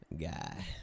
guy